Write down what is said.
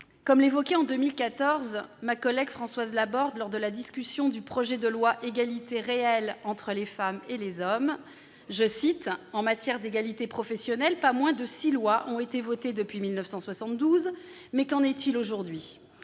hommes. En 2014, ma collègue Françoise Laborde, lors de la discussion de la loi du 4 août 2014 pour l'égalité réelle entre les femmes et les hommes, disait ceci :« En matière d'égalité professionnelle, pas moins de six lois ont été votées depuis 1972. Mais qu'en est-il aujourd'hui ?